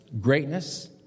greatness